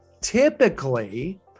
Typically